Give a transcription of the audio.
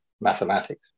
mathematics